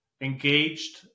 engaged